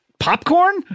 popcorn